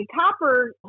Copper